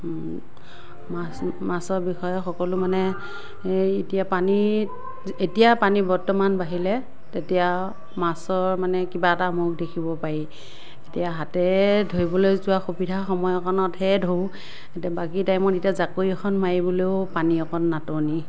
মাছৰ বিষয়ে সকলো মানে এতিয়া পানীত এতিয়া পানী বৰ্তমান বাঢ়িলে তেতিয়া মাছৰ মানে কিবা এটা মুখ দেখিব পাৰি এতিয়া হাতে ধৰিবলৈ যোৱা সুবিধা সময়কণতহে ধৰোঁ এতিয়া বাকী টাইমত এতিয়া জাকৈ এখন মাৰিবলৈও পানী অকণ নাটনি